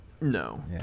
No